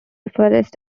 forest